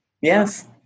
Yes